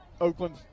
Oakland